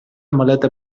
maleta